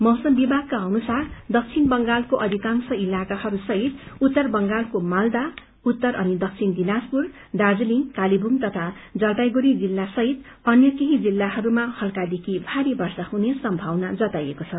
मैसम विभागका अनुसार दक्षिण बंगालको अपिकांश इलाकासहित उत्तर बंगालका मालदाख उत्तर अनि दक्षिम दिनाजपुर दार्जीलिङ कालेबुङ तथा जलपाईगुङ्री जिल्लासहित अन्य केही जिल्लाहरूमा हल्कादेखि भारी वर्षा हुने सम्भावना जताएको छ